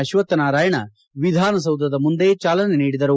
ಅಶ್ವಥ್ನಾರಾಯಣ ವಿಧಾನಸೌಧದ ಮುಂದೆ ಚಾಲನೆ ನೀಡಿದರು